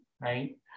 right